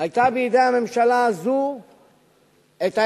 היתה בידי הממשלה הזו האפשרות